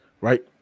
right